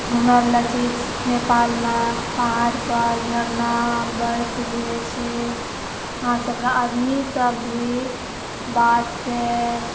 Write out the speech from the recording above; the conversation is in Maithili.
घुमैवला चीज नेपालमे पहाड़पर झरना बर्फ गिरै छै वहाँ सब रऽ आदमीसब भी बातसँ